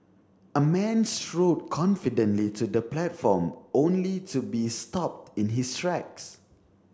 a man strode confidently to the platform only to be stopped in his tracks